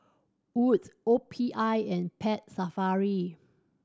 Wood's O P I and Pet Safari